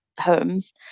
homes